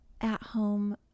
at-home